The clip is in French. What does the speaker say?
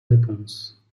réponse